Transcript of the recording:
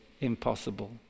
impossible